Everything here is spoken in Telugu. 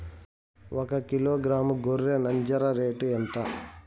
ఒకకిలో గ్రాము గొర్రె నంజర రేటు ఎంత?